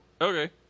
Okay